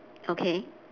okay